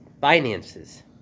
finances